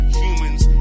humans